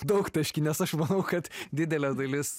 daugtaškį nes aš manau kad didelė dalis